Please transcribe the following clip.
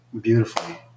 beautifully